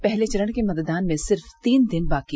पहले चरण के मतदान में सिर्फ तीन दिन बाकी